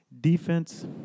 Defense